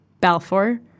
Balfour